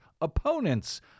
opponents